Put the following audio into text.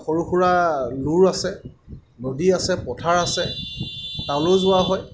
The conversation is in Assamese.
সৰু সুৰা লুৰ আছে নদী আছে পথাৰ আছে তালৈও যোৱা হয়